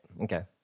okay